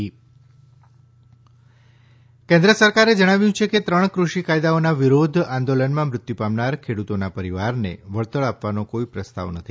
તોમર લોકસભા કેન્દ્ર સરકારે જણાવ્યું છે કે ત્રણ કૃષિ કાયદાઓના વિરોધ આંદોલનમાં મૃત્યુ પામનાર ખેડુતોના પરીવારને વળતર આપવાનો કોઇ પ્રસ્તાવ નથી